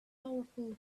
powerful